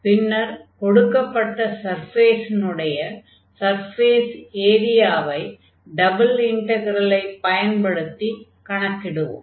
பின்னர் கொடுக்கப்பட்ட சர்ஃபேஸினுடைய சர்ஃபேஸ் ஏரியாவை டபுள் இன்டக்ரலைப் பயன்படுத்திக் கணக்கிடுவோம்